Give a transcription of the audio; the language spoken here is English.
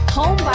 Home